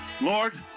Lord